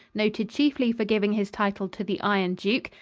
noted chiefly for giving his title to the iron duke,